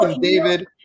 David